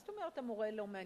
מה זאת אומרת המורה לא מעניין?